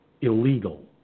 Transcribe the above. illegal